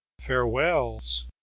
farewells